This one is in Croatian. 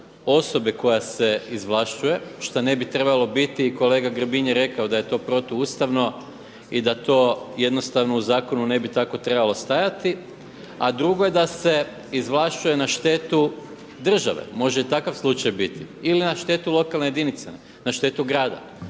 osobe koja se izvlašćuje šta ne bi trebalo biti i kolega Grbin je rekao da je to protuustavno i da to u zakonu ne bi tako trebalo stajati. A drugo je da se izvlašćuje na štetu države, može i takav slučaj biti ili na štetu lokalne jedinice, na štetu grada.